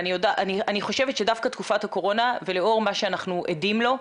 אני חושבת שדווקא תקופת הקורונה ולאור מה שאנחנו עדים לו,